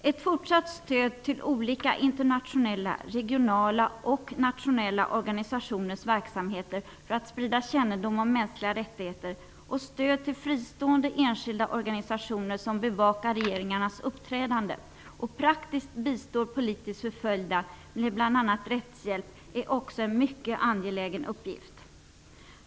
Ett fortsatt stöd till olika internationella, regionala och nationella organisationers verksamheter för att sprida kännedom om mänskliga rättigheter och stöd till fristående, enskilda organisationer som bevakar regeringarnas uppträdande och praktiskt bistår politiskt förföljda med bl.a. rättshjälp är också en mycket angelägen uppgift.